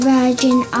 Virgin